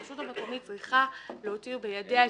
הרשות המקומית צריכה להותיר בידיה את